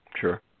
Sure